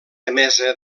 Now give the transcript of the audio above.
emesa